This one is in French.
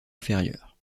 inférieur